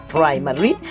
Primary